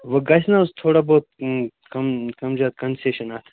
وۅنۍ گژھِ نہٕ حظ تھوڑا بہت کَم کَم زیادٕ کَنسیشَن اَتھ